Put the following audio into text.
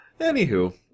Anywho